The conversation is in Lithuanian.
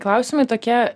klausimai tokie